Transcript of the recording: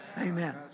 Amen